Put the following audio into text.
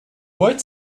white